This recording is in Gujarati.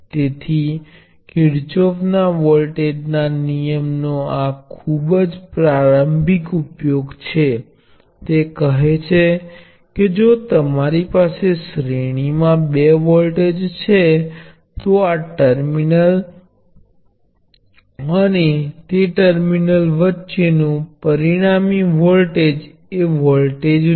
તેથી સ્પષ્ટપણે આ સંબંધની પ્રકૃતિથી આપણે અનુમાન કરીએ છીએ કે શ્રેણી મિશ્રણ એ એક ઇન્ડક્ટરની સમકક્ષ છે અને ઇન્ડક્ટક્ટરનું મૂલ્ય મને એલ અસરકારક પર લેબલ કરવા દો વ્યક્તિગત ઇન્ડક્ટર્સના સરવાળો દ્વારા આપવામાં આવે છે અને હું આ માટે એક અલગ ચિત્ર દોરીશ નહીં